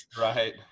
Right